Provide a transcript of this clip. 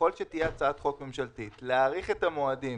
ככל שתהיה הצעת חוק ממשלתית להאריך את המועדים